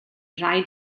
rhaid